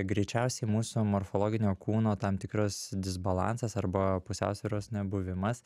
greičiausiai mūsų morfologinio kūno tam tikras disbalansas arba pusiausvyros nebuvimas